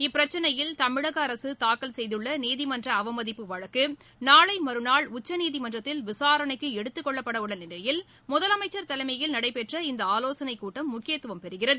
இப்பிரச்சினையில் தமிழக அரசு தாக்கல் செய்துள்ள நீதிமன்ற அவமதிப்பு வழக்கு நாளை மறுநாள் உச்சநீதிமன்றத்தில் விசாரணைக்கு எடுத்துக்கொள்ளப்படவுள்ள நிலையில் முதலமைச்சர் தலைமையில் நடைபெற்ற இந்த ஆலோசனைக் கூட்டம் முக்கியத்துவம் பெறுகிறது